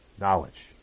Knowledge